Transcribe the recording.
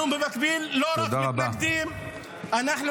הוא מדבר על חוות בודדים שכולן של יהודים.